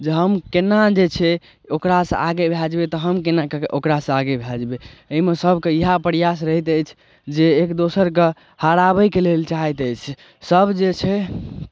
जे हम केना जे छै ओकरासँ आगे भए जयबै तऽ हम केना कऽ के ओकरासँ आगे भए जयबै एहिमे सभके इएह प्रयास रहैत अछि जे एक दोसरकेँ हराबयके लेल चाहैत अछि सभ जे छै